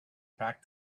packed